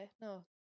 no